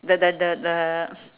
the the the the